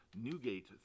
Newgate